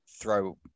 throw